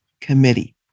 Committee